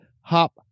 hop